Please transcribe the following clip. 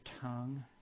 tongue